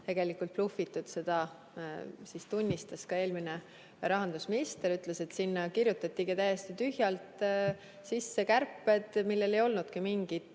tegelikult blufitud. Seda tunnistas ka eelmine rahandusminister, kes ütles, et sinna kirjutatigi täiesti tühjalt sisse kärped, millel ei olnud mingit